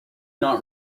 not